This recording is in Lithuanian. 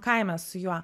kaime su juo